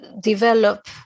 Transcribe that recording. develop